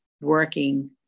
working